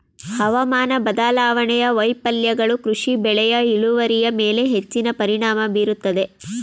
ಹವಾಮಾನ ಬದಲಾವಣೆಯ ವೈಫಲ್ಯಗಳು ಕೃಷಿ ಬೆಳೆಯ ಇಳುವರಿಯ ಮೇಲೆ ಹೆಚ್ಚಿನ ಪರಿಣಾಮ ಬೀರುತ್ತದೆ